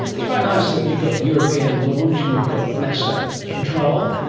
it's quite nice that you've got the european launch and you've got nasa control,